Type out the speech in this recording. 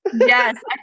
Yes